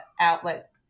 outlet